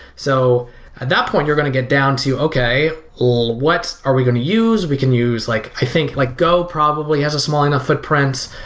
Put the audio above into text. so at that point you're going to get down to, okay well what are we going to use? we can use like i think like go probably has a small enough footprint.